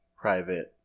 private